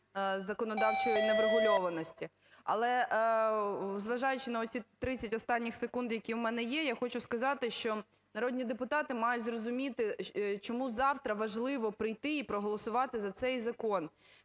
законодавчої неврегульованості. Але зважаючи на оці 30 останніх секунд, які в мене є, я хочу сказати, що народні депутати мають зрозуміти, чому завтра важливо прийти і проголосувати за цей закон.